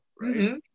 right